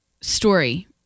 story